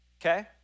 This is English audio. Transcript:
Okay